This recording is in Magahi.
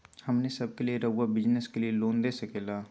हमने सब के लिए रहुआ बिजनेस के लिए लोन दे सके ला?